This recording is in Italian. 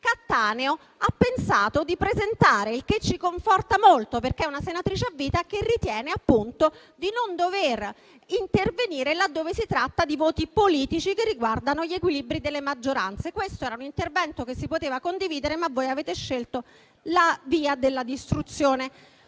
una proposta come questa. Il che ci conforta molto, perché è una senatrice a vita che ritiene, appunto, di non dover intervenire laddove si tratti di voti politici che riguardano gli equilibri delle maggioranze. Questo era un intervento che si poteva condividere, ma voi avete scelto la via della distruzione, come